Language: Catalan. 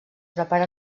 prepara